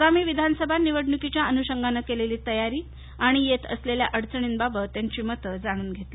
आगामी विधानसभा निवडणुकीच्या अनुषगाने केलेली तयारी आणि येत असलेल्या अडचणीबाबत त्यांची मतं जाणून घेतली